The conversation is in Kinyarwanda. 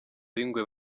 b’ingwe